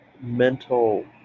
mental